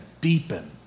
deepen